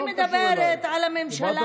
אני מדברת על הממשלה.